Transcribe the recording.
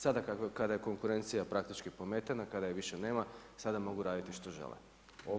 Sada, kada je konkurencija praktički pometena, kada je više nema, sada mogu raditi što žele.